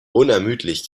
unermüdlich